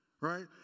right